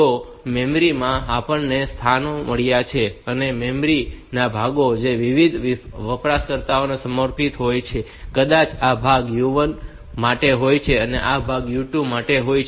તો મેમરી માં આપણને સ્થાનો મળ્યા છે અને મેમરી ના ભાગો જે વિવિધ વપરાશકર્તાઓને સમર્પિત હોય છે અને કદાચ આ ભાગ u1 માટે હોય છે આ ભાગ u2 માટે હોય છે